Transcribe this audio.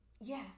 yes